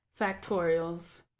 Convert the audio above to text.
factorials